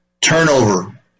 turnover